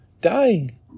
dying